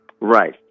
Right